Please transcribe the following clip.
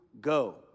go